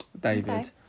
David